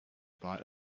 bought